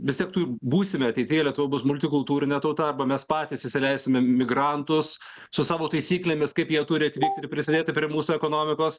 vis tiek būsime ateityje lietuva bus multikultūrinė tauta arba mes patys įsileisime migrantus su savo taisyklėmis kaip jie turi atvykti ir prisidėti prie mūsų ekonomikos